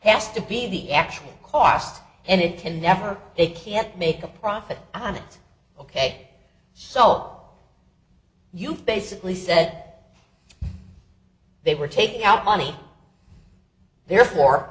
has to be the actual cost and it can never they can't make a profit on it ok so you basically set they were taking out money therefore